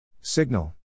Signal